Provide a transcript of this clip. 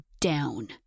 down